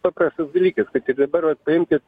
paprastas dalykas tai dabar va paimkit